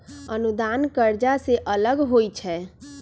अनुदान कर्जा से अलग होइ छै